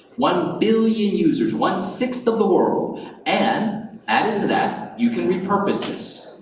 one billion users, one-sixth of the world, and added to that, you can repurpose this,